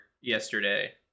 yesterday